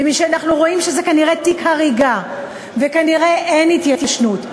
ומשאנחנו רואים שזה כנראה תיק הריגה וכנראה אין התיישנות,